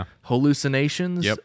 hallucinations